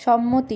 সম্মতি